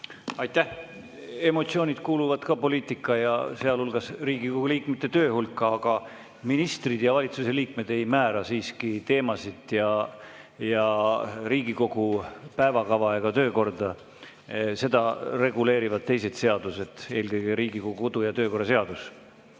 Aitäh! Emotsioonid kuuluvad ka poliitika ja sealhulgas Riigikogu liikmete töö hulka. Aga ministrid, valitsuse liikmed ei määra siiski teemasid ja Riigikogu päevakava ja töökorda. Seda reguleerivad teised seadused, eelkõige Riigikogu kodu‑ ja töökorra seadus. Tundub,